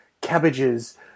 cabbages